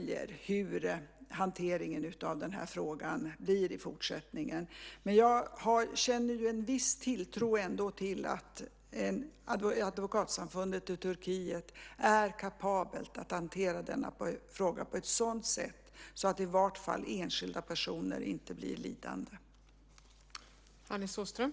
Jag känner ändå en viss tilltro till att advokatsamfundet i Turkiet är kapabelt att hantera denna fråga på ett sådant sätt att enskilda personer i vart fall inte blir lidande.